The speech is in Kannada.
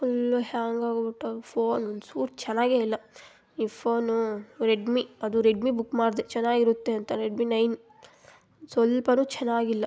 ಫುಲ್ಲು ಹ್ಯಾಂಗ್ ಆಗ್ಬಿಟ್ಟವೆ ಫೋನ್ ಒಂಚೂರು ಚೆನ್ನಾಗೆ ಇಲ್ಲ ಈ ಫೋನು ರೆಡ್ಮಿ ಅದು ರೆಡ್ಮಿ ಬುಕ್ ಮಾಡಿದೆ ಚೆನ್ನಾಗಿರುತ್ತೆ ಅಂತ ರೆಡ್ಮಿ ನೈನ್ ಸ್ವಲ್ಪನೂ ಚೆನ್ನಾಗಿಲ್ಲ